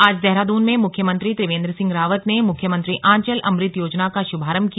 आज देहरादून में मुख्यमंत्री त्रिवेन्द्र सिंह रावत ने मुख्यमंत्री आंचल अमृत योजना का शुभारम्भ किया